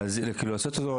לעשות אותו,